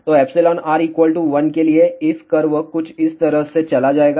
तो εr 1 के लिए इस कर्व कुछ इस तरह चला जाएगा